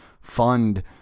fund